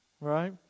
Right